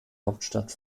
hauptstadt